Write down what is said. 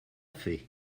fait